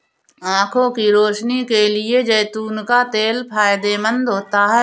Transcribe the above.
आंखों की रोशनी के लिए जैतून का तेल बहुत फायदेमंद होता है